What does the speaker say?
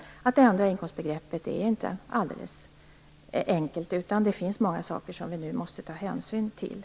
Det är inte alldeles enkelt att ändra inkomstbegreppet, utan det finns många saker som man måste ta hänsyn till.